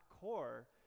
core